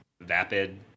vapid